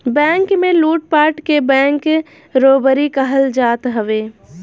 bank में लूटपाट के बैंक रोबरी कहल जात हवे